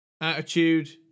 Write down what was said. Attitude